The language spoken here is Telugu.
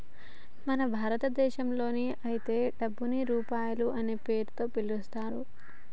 మన భారతదేశంలో అయితే డబ్బుని రూపాయి అనే పేరుతో పిలుత్తారు